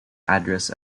address